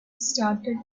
started